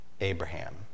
Abraham